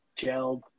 gelled